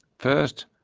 first,